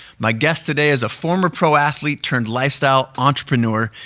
my guest today is a former pro athlete turned lifestyle entrepreneur.